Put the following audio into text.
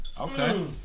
Okay